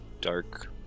dark